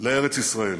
לארץ ישראל.